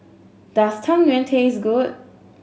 does Tang Yuen taste good